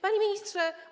Panie Ministrze!